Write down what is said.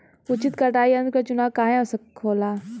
उचित कटाई यंत्र क चुनाव काहें आवश्यक होला?